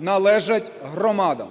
належать громадам.